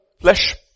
flesh